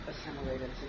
assimilated